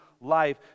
life